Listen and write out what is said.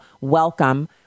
welcome